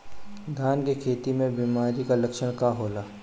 धान के खेती में बिमारी का लक्षण का होला?